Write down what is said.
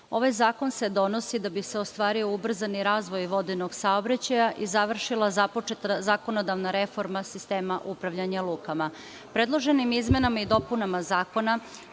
zakon se donosi da bi se ostvario ubrzani razvoj vodenog saobraćaja i završila započeta zakonodavna reforma sistema upravljanja lukama. Predloženim izmenama i dopunama Zakona